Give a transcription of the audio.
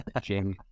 Jamie